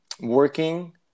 working